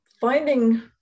finding